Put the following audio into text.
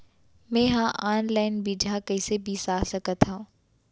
मे हा अनलाइन बीजहा कईसे बीसा सकत हाव